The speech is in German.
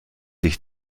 ich